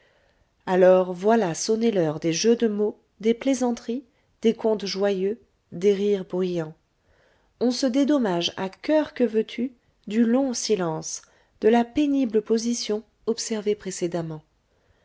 alors voilà sonner l'heure des jeux de mots des plaisanteries des contes joyeux des rires bruyants on se dédommage à coeur que veux tu du long silence de la pénible position observés précédemment